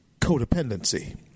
codependency